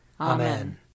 Amen